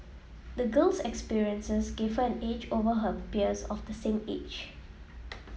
the girl's experiences gave her an edge over her peers of the same age